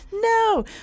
No